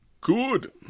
Good